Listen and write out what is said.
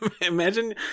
imagine